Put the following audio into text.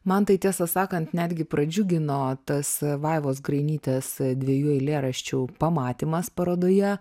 man tai tiesą sakant netgi pradžiugino tas vaivos grainytės dviejų eilėraščių pamatymas parodoje